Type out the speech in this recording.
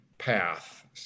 path